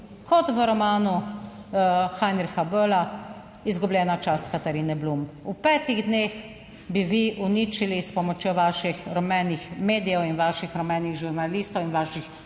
kot v romanu Heinrich Bull Izgubljena čast Kataharine Blum, v petih dneh bi vi uničili s pomočjo vaših rumenih medijev in vaših rumenih žurnalistov in vaših